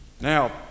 Now